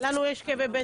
לנו יש כאבי בטן.